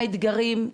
מה האתגרים,